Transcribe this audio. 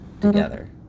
together